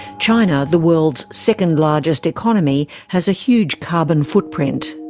china, the world's second largest economy, has a huge carbon footprint.